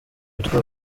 bitwa